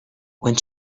when